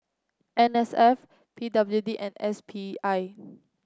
N S F P W D and S P I